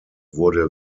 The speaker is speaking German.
wurde